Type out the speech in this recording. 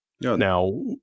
Now